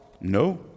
No